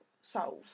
solve